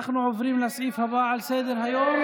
אנחנו עוברים לסעיף הבא על סדר-היום.